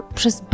przez